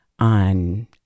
on